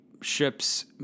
ships